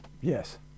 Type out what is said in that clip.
Yes